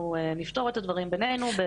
אנחנו נפתור את הדברים בינינו.